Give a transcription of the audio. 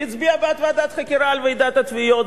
הצביע בעד ועדת חקירה על ועידת התביעות,